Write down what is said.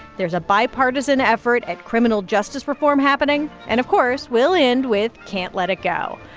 there's a bipartisan effort at criminal justice reform happening. and of course we'll end with can't let it go.